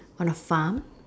on the farm